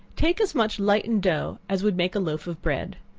take as much lightened dough, as would make a loaf of bread,